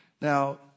Now